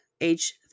age